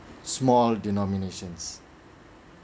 small denominations